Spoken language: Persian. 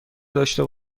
داشته